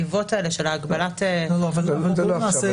זה לא לעכשיו.